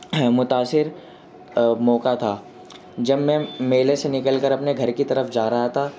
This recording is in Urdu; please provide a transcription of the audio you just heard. متاثر موقع تھا جب میں میلے سے نکل کر اپنے گھر کی طرف جا رہا تھا